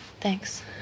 thanks